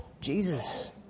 Jesus